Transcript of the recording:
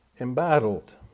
embattled